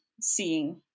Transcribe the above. seeing